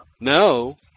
No